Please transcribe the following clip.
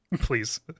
please